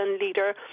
leader